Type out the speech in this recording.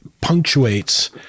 punctuates